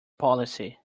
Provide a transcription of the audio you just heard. policy